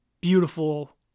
beautiful